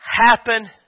happen